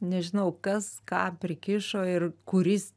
nežinau kas ką prikišo ir kuris